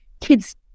kids